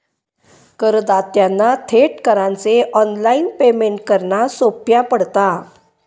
करदात्यांना थेट करांचे ऑनलाइन पेमेंट करना सोप्या पडता